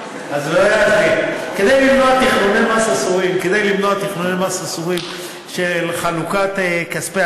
כדי למנוע תכנוני מס אסורים של חלוקת כספי